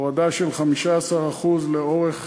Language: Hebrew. הורדה של 15% לאורך